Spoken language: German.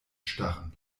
starren